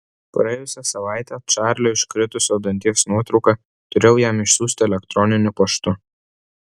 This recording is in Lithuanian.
praėjusią savaitę čarlio iškritusio danties nuotrauką turėjau jam išsiųsti elektroniniu paštu